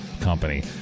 company